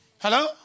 Hello